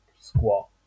squat